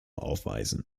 aufweisen